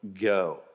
go